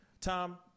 Tom